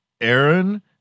Aaron